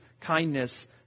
kindness